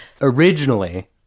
originally